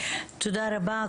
תודה רבה.